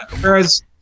whereas